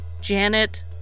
Janet